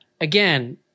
again